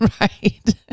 Right